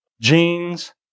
Jeans